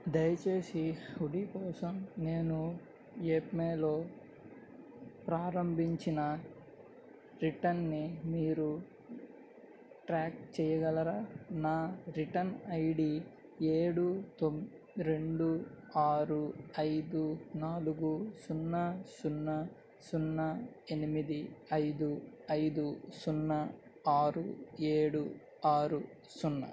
దయచేసి హుడీ కోసం నేను యెత్మేలో ప్రారంభించిన రిటర్న్ని మీరు ట్రాక్ చేయగలరా నా రిటర్న్ ఐడి ఏడు తొం రెండు ఆరు ఐదు నాలుగు సున్నా సున్నా సున్నా ఎనిమిది ఐదు ఐదు సున్నా ఆరు ఏడు ఆరు సున్నా